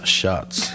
shots